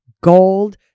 Gold